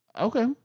Okay